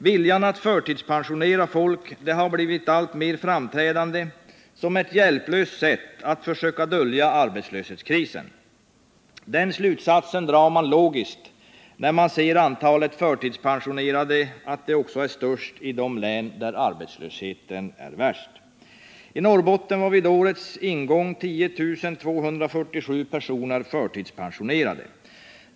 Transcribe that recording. Viljan att förtidspensionera folk har blivit alltmer framträdande som ett hjälplöst sätt att försöka dölja arbetslöshetskrisen. Den slutsatsen drar man logiskt när man ser att antalet förtidspensionerade också är störst i de län där arbetslösheten är värst. I Norrbotten var vid årets ingång 10 247 personer förtidspensionerade.